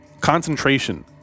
concentration